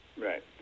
Right